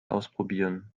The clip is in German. ausprobieren